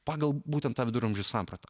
pagal būtent tą viduramžių sampratą